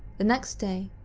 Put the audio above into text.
the next day,